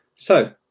so,